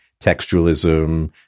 textualism